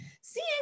Seeing